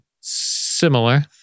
Similar